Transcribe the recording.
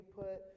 put